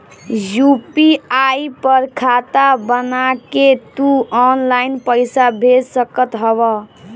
UPI पर खाता बना के तू ऑनलाइन पईसा भेज सकत हवअ